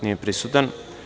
Nije prisutan.